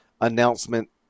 announcement